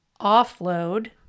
offload